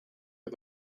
for